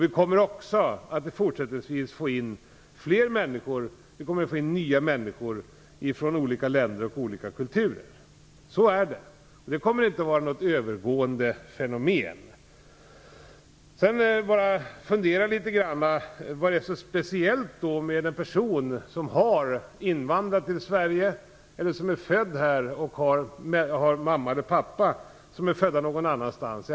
Vi kommer också fortsättningsvis att få in flera nya människor från olika länder och kulturer. Så är det, och det kommer inte att vara något övergående fenomen. Jag har funderat litet grand över vad det är som är så speciellt med en person som i andra eller tredje generationen har invandrat till Sverige eller som är född här och har mamma och pappa som är födda någon annanstans.